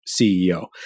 CEO